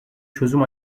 çözüm